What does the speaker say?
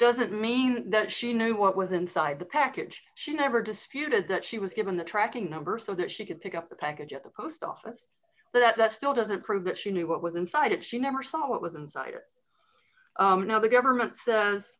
doesn't mean that she knew what was inside the package she never disputed that she was given the tracking number so that she could pick up the package at the post office but that still doesn't prove that she knew what was inside it she never saw what was inside it now the government says